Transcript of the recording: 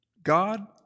God